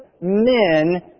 men